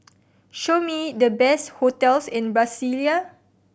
show me the best hotels in Brasilia